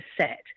set